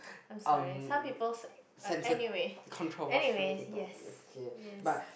I'm sorry some peoples uh anyway anyway yes yes